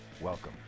welcome